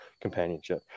companionship